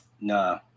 no